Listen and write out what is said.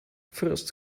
first